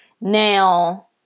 Now